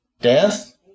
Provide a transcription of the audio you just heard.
death